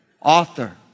author